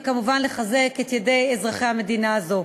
וכמובן, לחזק את ידי אזרחי המדינה הזאת.